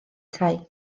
tai